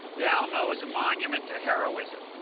the alamo was a monument to heroism,